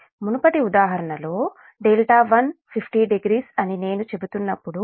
మునుపటి ఉదాహరణలో δ1 500 అని నేను చెబుతున్నప్పుడు